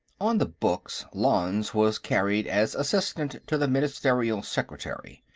on the books, lanze was carried as assistant to the ministerial secretary.